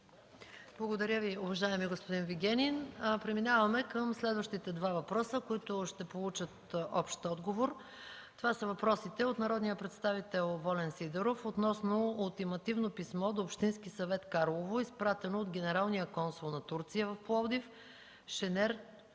Благодаря, уважаеми господин Вигенин. Продължаваме по следващите два въпроса, които ще получат общ отговор. Това са въпросът от народния представител Волен Сидеров относно ултимативно писмо до Общински съвет – Карлово, изпратено от генералния консул на Турция в Пловдив Шенер